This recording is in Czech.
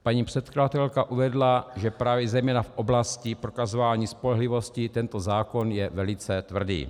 Paní předkladatelka uvedla, že zejména v oblasti prokazování spolehlivosti tento zákon je velice tvrdý.